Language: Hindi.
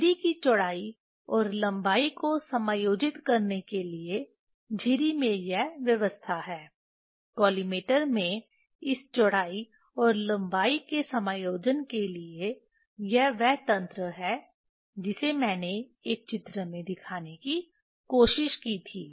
झिरी की चौड़ाई और लंबाई को समायोजित करने के लिए झिरी में यह व्यवस्था है कॉलिमेटर में इस चौड़ाई और लंबाई के समायोजन के लिए यह वह तंत्र है जिसे मैंने एक चित्र में दिखाने की कोशिश की थी